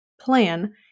plan